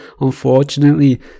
unfortunately